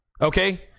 okay